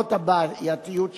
למרות הבעייתיות שבה.